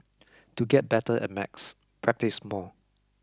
to get better at maths practise more